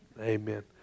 Amen